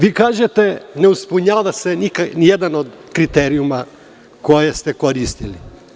Vi kažete – ne ispunjava se nijedan od kriterijuma koje ste koristili.